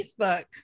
Facebook